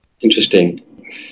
Interesting